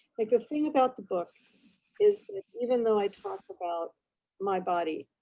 make a thing about the book is even though i talked about my body,